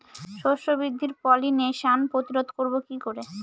শস্য বৃদ্ধির পলিনেশান প্রতিরোধ করব কি করে?